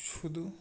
শুধু